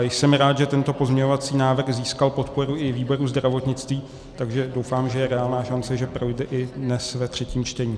Jsem rád, že tento pozměňovací návrh získal podporu i výboru zdravotnictví, takže doufám, že je reálná šance, že projde i dnes ve třetím čtení.